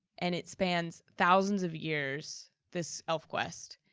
and it spans thousands of years, this elfquest,